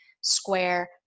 square